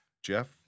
Jeff